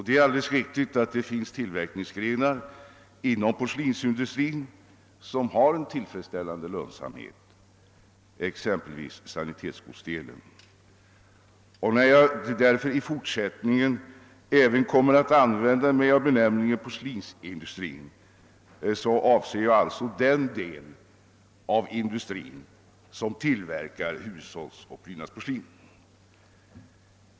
Det är alldeles riktigt att det finns tillverkningsgrenar inom porslinsindustrin som har en tillfredsställande lönsamhet, exempelvis sanitetsgodsdelen. När jag i fortsättningen kommer att använda mig av benämningen porslinsindustrin så avser jag alltså den del av industrin som tillverkar hushållsoch prydnadsporslin.